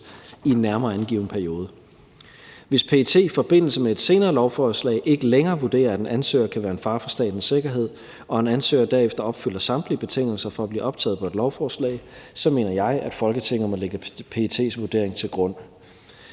i en nærmere angivet periode. Hvis PET i forbindelse med et senere lovforslag ikke længere vurderer, at en ansøger kan være en fare for statens sikkerhed, og en ansøger derefter opfylder samtlige betingelser for at blive optaget på et lovforslag, mener jeg, at Folketinget må lægge PET's vurdering til grund.